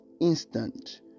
instant